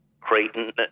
Creighton